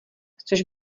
chceš